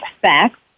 Facts